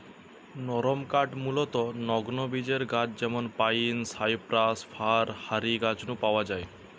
নরমকাঠ মূলতঃ নগ্নবীজের গাছ যেমন পাইন, সাইপ্রাস, ফার হারি গাছ নু পাওয়া যায়